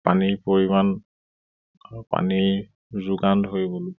পানীৰ পৰিমাণ পানীৰ যোগান ধৰিবলৈ